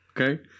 Okay